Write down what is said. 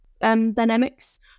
dynamics